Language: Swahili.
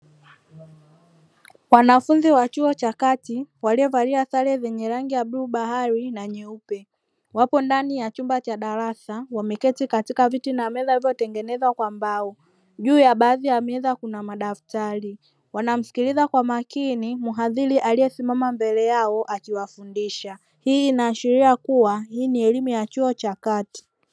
Wanafunzi wa chuo cha kati waliovalia sare zenye rangi ya bluu bahari na nyeupe. Wapo ndani ya chumba cha darasa wameketi katika viti na meza walivyotengeneza kwa mbao. Juu ya baadhi ya meza kuna madaftari, wanamsikiliza kwa makini mhadhiri aliyesimama mbele yao akiwafundisha, hii inaashiria kuwa hii ni elimu ya chuo cha kati.